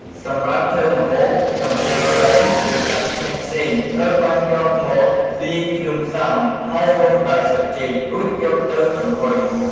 សម្រាប់ធ្វើម្ហូប ចំពោះត្រី ឬសាច់ផ្សេងៗ ត្រូវបានយកមកលាយគ្រឿងផ្សំ ហើយរុំដោយស្លឹកចេក រួចយកទៅចំហុយ។